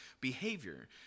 behavior